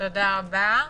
תודד רבה.